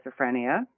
schizophrenia